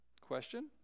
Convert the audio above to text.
Question